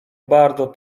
bardzo